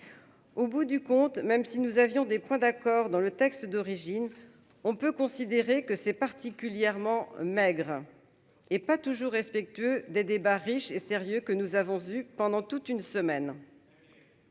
au bout du compte, même si nous avions des points d'accord dans le texte d'origine, on peut considérer que c'est particulièrement maigre et pas toujours respectueux des débats riches et sérieux que nous avons pendant toute une semaine.